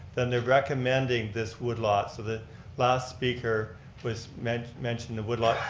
then they're recommending this wood lot, so the last speaker was mentioned mentioned the wood lot.